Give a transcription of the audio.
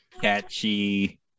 catchy